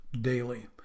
daily